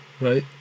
right